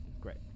great